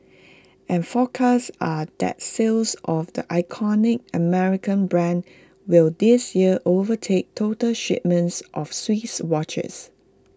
and forecasts are that sales of the iconic American brand will this year overtake total shipments of Swiss watches